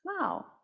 Wow